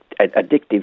addictive